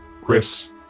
Chris